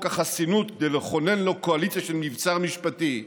החסינות כדי לכונן לו קואליציה של מבצר משפטי מעידה,